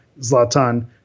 Zlatan